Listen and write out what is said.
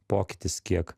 pokytis kiek